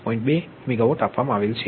2 megawatt આપેલ છે